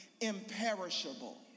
imperishable